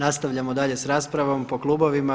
Nastavljamo dalje s raspravom po klubovima.